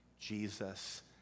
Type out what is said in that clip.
Jesus